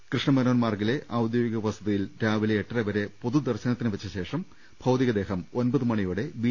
കൃഷ്ണമേനോൻ മാർഗ്ഗിലെ ഔദ്യോഗിക വസതിയിൽ രാവിലെ എട്ടരവരെ പൊതുദർശ നത്തിന് വെച്ചശേഷം ഭൌതികദേഹം ഒൻപത് മണിയോടെ ബി